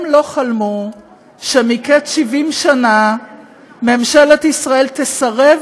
הם לא חלמו שמקץ 70 שנה ממשלת ישראל תסרב